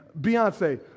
Beyonce